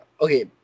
okay